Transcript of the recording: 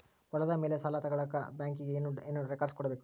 ಹೊಲದ ಮೇಲೆ ಸಾಲ ತಗಳಕ ಬ್ಯಾಂಕಿಗೆ ಏನು ಏನು ರೆಕಾರ್ಡ್ಸ್ ಕೊಡಬೇಕು?